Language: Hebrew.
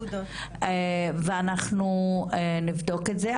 ואנחנו נבדוק את זה,